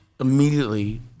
Immediately